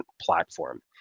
platform